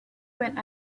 when